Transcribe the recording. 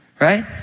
right